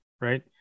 right